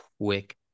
quick